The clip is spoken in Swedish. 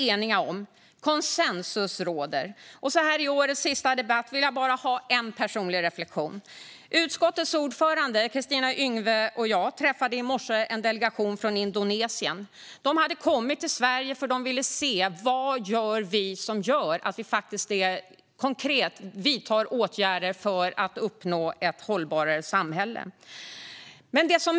Låt mig dock, så här i årets sista debatt, göra en personlig reflektion. Utskottets ordförande Kristina Yngwe och jag träffade i morse en delegation från Indonesien. De var här för att se vad Sverige vidtar för konkreta åtgärder för att uppnå ett hållbarare samhälle.